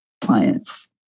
clients